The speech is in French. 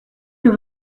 que